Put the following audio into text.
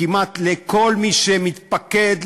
כמעט כל מי שמתפקד,